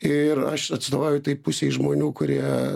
ir aš atstovauju tai pusei žmonių kurie